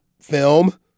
film